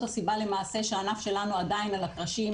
וזאת הסיבה למעשה שהענף שלנו עדיין על הקרשים,